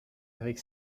avec